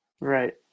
Right